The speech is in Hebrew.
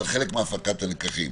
זה חלק מהפקת הלקחים.